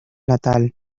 natal